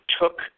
took